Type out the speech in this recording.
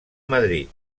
madrid